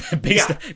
Based